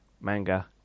manga